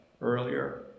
earlier